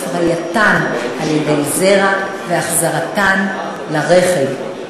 הפרייתן על-ידי זרע והחזרתן לרחם.